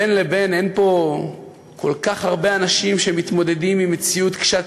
בין לבין אין פה כל כך הרבה אנשים שמתמודדים עם מציאות קשה?